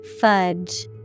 Fudge